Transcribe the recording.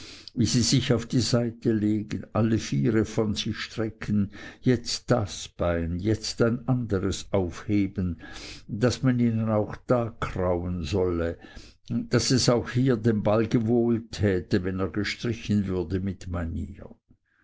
wie sie sich auf die seite legen alle viere von sich strecken jetzt das bein jetzt ein anderes aufheben daß man ihnen auch da krauen solle daß es auch hier dem balg wohltäte wenn er gestrichen würde mit manier